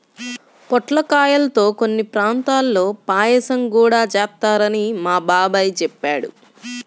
పొట్లకాయల్తో కొన్ని ప్రాంతాల్లో పాయసం గూడా చేత్తారని మా బాబాయ్ చెప్పాడు